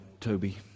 Toby